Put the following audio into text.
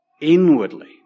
inwardly